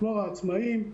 כמו העצמאים,